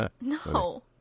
No